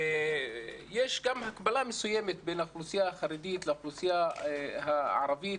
יש גם הקבלה מסוימת בין האוכלוסייה החרדית לאוכלוסייה הערבית